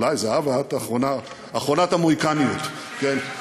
אולי, זהבה, את אחרונת, אחרונת המוהיקניות, כן?